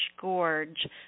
gorge